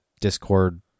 discord